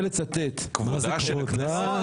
מעמדה וכבודה של הכנסת?